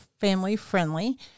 family-friendly